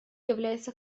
является